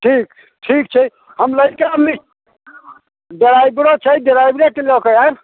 ठीक ठीक छै हम लइका मिस डराइबरो छै डराबरेके लऽ कऽ आएब